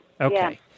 Okay